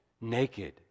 naked